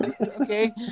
okay